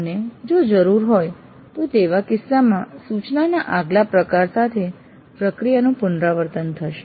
અને જો જરૂર હોય તો તેવા કિસ્સામાં સૂચનાના આગલા પ્રકાર સાથે પ્રક્રિયાનું પુનરાવર્તન થશે